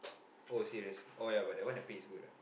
oh serious oh yeah but that one the pay is good ah